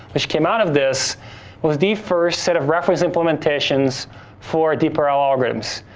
which came out of this was the first set of reference implementations for deep rl algorithms.